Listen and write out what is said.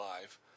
Live